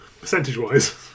Percentage-wise